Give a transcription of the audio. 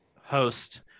host